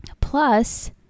Plus